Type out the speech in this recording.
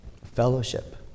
fellowship